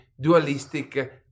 dualistic